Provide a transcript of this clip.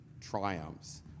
triumphs